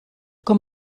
com